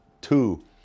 two